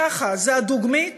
ככה, זו הדוגמית